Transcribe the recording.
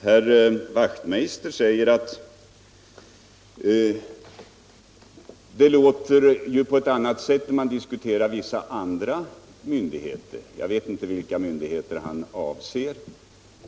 Herr Wachtmeister i Johannishus säger att det låter på ett annat sätt när man diskuterar vissa andra myrdigheter. Jag vet inte vilka myndigheter han avser.